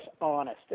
honest